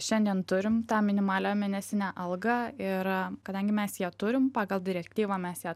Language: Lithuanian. šiandien turim tą minimalią mėnesinę algą ir kadangi mes ją turim pagal direktyvą mes ją